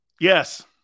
Yes